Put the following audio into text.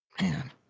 Man